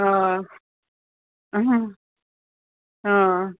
आं